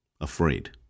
afraid